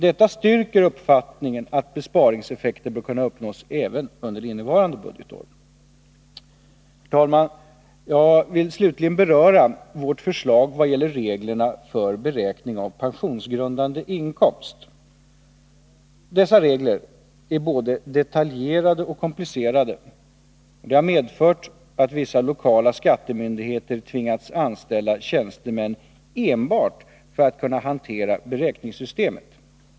Detta styrker uppfattningen att besparingseffekter bör kunna uppnås även under innevarande budgetår. Herr talman! Jag vill slutligen beröra vårt förslag vad gäller reglerna för beräkning av pensionsgrundande inkomst. Dessa regler är både detaljerade och komplicerade. Detta har medfört att vissa lokala skattemyndigheter tvingats anställa tjänstemän enbart för att kunna hantera beräkningssystemet.